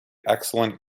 excellent